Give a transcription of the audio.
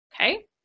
Okay